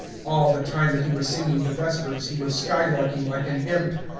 all the time that he was singing the vespers he was skylarking like an imp.